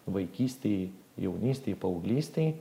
vaikystėj jaunystėj paauglystėj